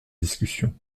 discussion